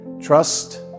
Trust